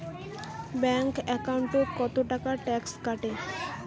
Bank একাউন্টত কতো টাকা ট্যাক্স কাটে?